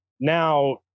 Now